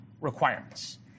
requirements